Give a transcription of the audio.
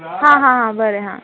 हां हां हां बरें हा